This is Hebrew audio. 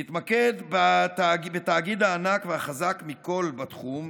נתמקד בתאגיד הענק והחזק מכול בתחום,